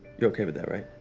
you're okay with that, right?